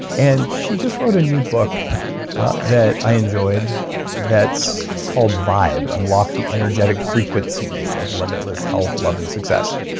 and she just wrote a new book that i enjoyed that's called vibe unlock the energetic frequencies of limitless health, love and success.